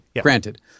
granted